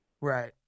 Right